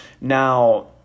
Now